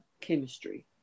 chemistry